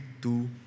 two